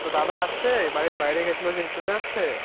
তোর দাদা আসছে বাড়ির বাইরে গিয়েছিল যে চলে আসছে